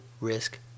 risk